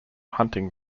hunting